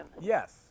Yes